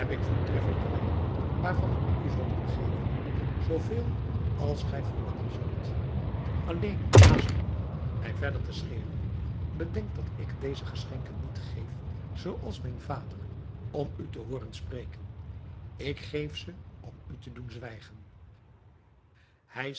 voortreffelijken wijn waarvan ik u zal doen geven zoo veel als gij verlangen zult alleen haast u nu mij verder te scheren bedenk dat ik u deze geschenken niet geef zooals mijn vader om u te hooren spreken ik geef ze om u te doen zwijgen hij